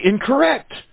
incorrect